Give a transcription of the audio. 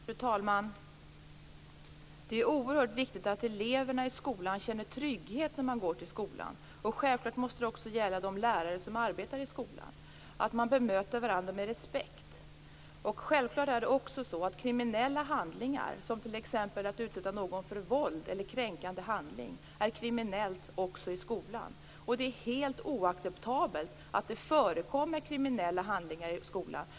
Fru talman! Det är oerhört viktigt att eleverna i skolan känner trygghet när de går till skolan. Självklart måste det också gälla de lärare som arbetar i skolan att man bemöter varandra med respekt. Kriminella handlingar, t.ex. att utsätta någon för våld eller kränkande handling, är naturligtvis kriminellt också i skolan. Det är helt oacceptabelt att det förekommer kriminella handlingar i skolan.